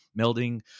melding